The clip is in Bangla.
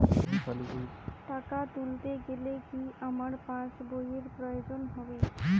টাকা তুলতে গেলে কি আমার পাশ বইয়ের প্রয়োজন হবে?